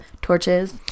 torches